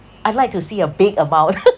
I like to see a big amount